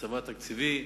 מצבה התקציבי.